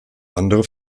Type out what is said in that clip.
andere